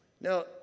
Now